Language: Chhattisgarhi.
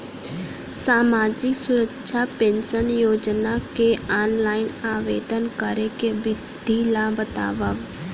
सामाजिक सुरक्षा पेंशन योजना के ऑनलाइन आवेदन करे के विधि ला बतावव